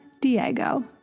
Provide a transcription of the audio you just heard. Diego